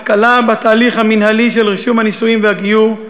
הקלה בתהליך המינהלי של רישום הנישואים והגיור,